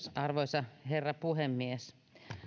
arvoisa herra puhemies